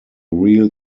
real